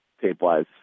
tape-wise